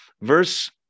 Verse